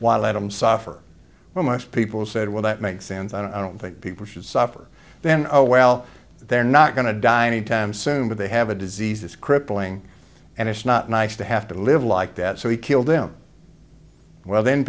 why let them suffer when most people said well that makes sense i don't think people should suffer then oh well they're not going to die anytime soon but they have a disease that's crippling and it's not nice to have to live like that so we kill them well then